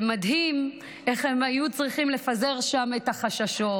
זה מדהים איך הן היו צריכות לפזר שם את החששות,